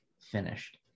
finished